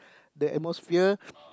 the atmosphere